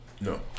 No